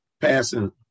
passing